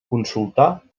consultar